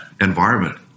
environment